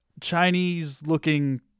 Chinese-looking